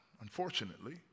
unfortunately